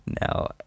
No